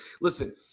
Listen